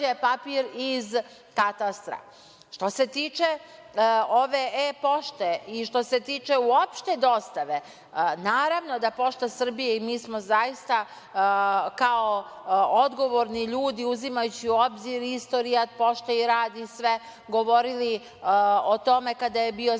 papir iz katastra. Što se tiče ove e-pošte i što se tiče uopšte dostave. Naravno da Pošta Srbije i mi smo zaista kao odgovorni ljudi uzimajući u obzir istorijat pošte i rad, govorili o tome kada je bio Zakon